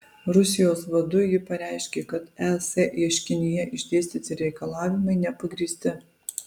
rusijos vadu ji pareiškė kad es ieškinyje išdėstyti reikalavimai nepagrįsti